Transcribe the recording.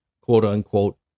quote-unquote